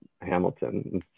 Hamilton